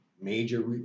major